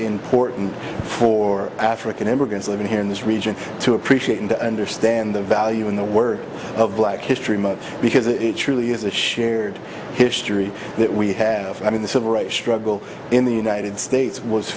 important for african immigrants living here in this region to appreciate and to understand the value in the word of black history month because it truly is a shared history that we have i mean the civil rights struggle in the united states was